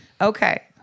okay